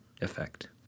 effect